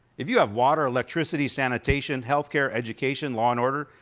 if you have water, electricity, sanitation, healthcare, education, law and order,